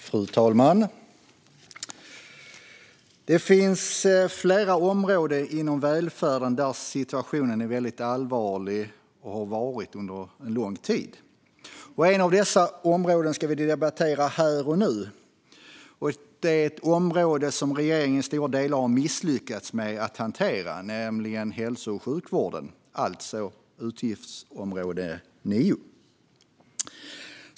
Fru talman! Det finns flera områden inom välfärden där situationen är väldigt allvarlig och har varit det under lång tid, och ett av dessa områden debatterar vi här och nu. Det är ett område som regeringen i stora delar har misslyckats med att hantera, nämligen hälso och sjukvården. Det gäller alltså utgiftsområde 9.